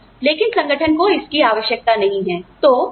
लेकिन संगठन को इसकी आवश्यकता नहीं है